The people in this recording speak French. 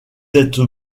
êtes